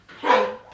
Hey